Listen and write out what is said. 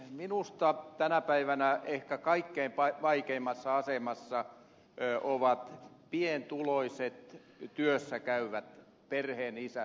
minusta tänä päivänä ehkä kaikkein vaikeimmassa asemassa ovat pientuloiset työssä käyvät perheenisät ja äidit